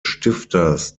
stifters